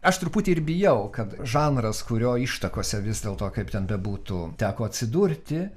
aš truputį ir bijau kad žanras kurio ištakose vis dėlto kaip ten bebūtų teko atsidurti